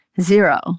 zero